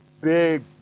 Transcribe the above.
Big